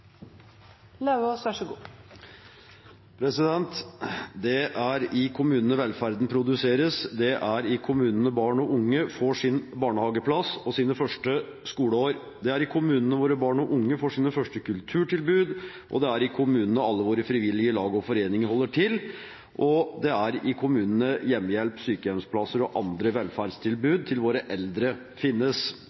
i kommunene barn og unge får sin barnehageplass og sine første skoleår. Det er i kommunene våre barn og unge får sine første kulturtilbud. Det er i kommunene alle våre frivillige lag og foreninger holder til, og det er i kommunene hjemmehjelp, sykehjemsplasser og andre velferdstilbud til våre eldre finnes.